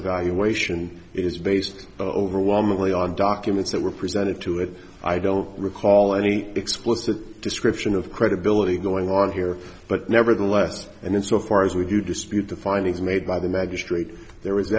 evaluation it is based overwhelmingly on documents that were presented to it i don't recall any explicit description of credibility going on here but nevertheless and in so far as we do dispute the findings made by the magistrate there is